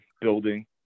building